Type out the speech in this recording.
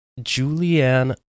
Julianne